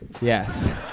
Yes